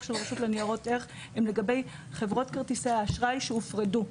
של הרשות לניירות ערך הם לגבי חברות כרטיסי האשראי שהופרדו,